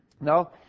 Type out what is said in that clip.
No